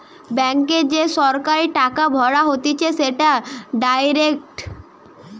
ব্যাংকে যে সরাসরি টাকা ভরা হতিছে সেটা ডাইরেক্ট